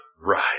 Right